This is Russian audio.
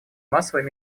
массовой